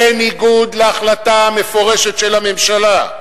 בניגוד להחלטה מפורשת של הממשלה.